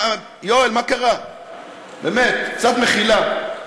יואל, מה קרה, באמת, קצת מחילה.